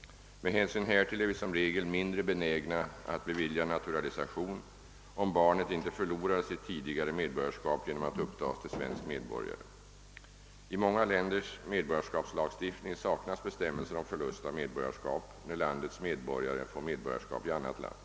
Med hänsyn härtill är vi som regel mindre benägna att bevilja naturalisation, om barnet inte förlorar sitt tidigare medborgarskap genom att upptas till svensk medborgare. I många länders medborgarskapslagstiftning saknas bestämmelser om förlust av medborgarskap, när landets medborgare får medborgarskap i annat land.